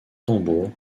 tambour